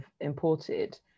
imported